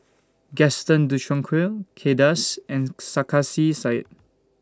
Gaston Dutronquoy Kay Das and Sarkasi Said